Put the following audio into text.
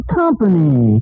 company